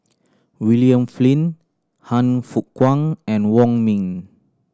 William Flint Han Fook Kwang and Wong Ming